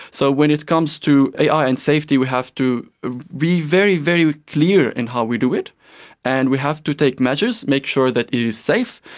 so when it comes to ai and safety we have to be very, very clear in how we do it and we have to take measures, make sure that it is safe.